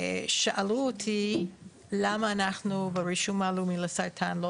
שאלו אותי למה אנחנו ברישום הלאומי לסרטן לא